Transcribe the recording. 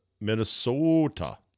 minnesota